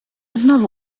znowu